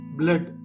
blood